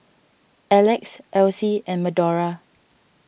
Alex Alcie and Madora